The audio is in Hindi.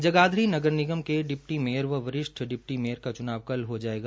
जगाधरी नगर निगम के डिपटभ व वरिष्ठ डिपटी मेयर का चुनाव कल हो जायेगा